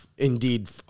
indeed